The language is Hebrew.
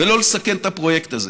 ולא לסכן את הפרויקט הזה.